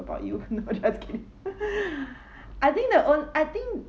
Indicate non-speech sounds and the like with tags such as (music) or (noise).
about you no just kidding (laughs) I think the one I think